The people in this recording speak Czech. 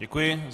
Děkuji.